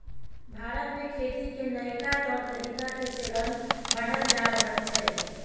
भारत में खेती के नइका तौर तरीका के चलन बढ़ल जा रहल छइ